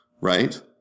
right